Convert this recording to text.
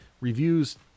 reviews